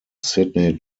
sydney